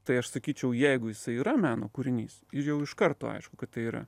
tai aš sakyčiau jeigu jisai yra meno kūrinys jau iš karto aišku kad tai yra